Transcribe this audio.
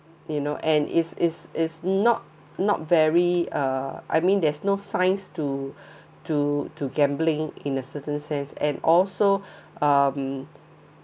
you know and is is is not not very uh I mean there's no science to to to gambling in a certain sense and also um